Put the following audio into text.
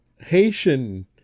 Haitian